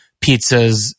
pizzas